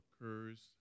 occurs